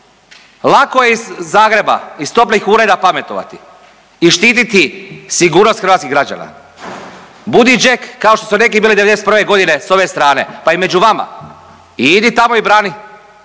Lako je iz Zagreba, iz toplih ureda pametovati i štititi sigurnost hrvatskih građana. Budi džek kao što su neki bili '91. g. s ove strane, pa i među vama i idi tamo i brani